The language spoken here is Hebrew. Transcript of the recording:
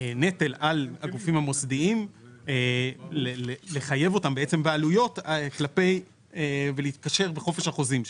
נטל על הגופים המוסדיים לחייב אותם בעלויות ולהתקשר בחופש החוזים שלהם.